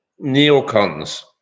neocons